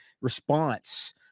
response